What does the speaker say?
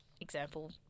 Example